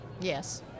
yes